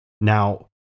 Now